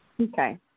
Okay